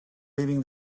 leaving